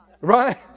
Right